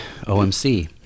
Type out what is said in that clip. OMC